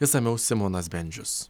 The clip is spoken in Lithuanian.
išsamiau simonas bendžius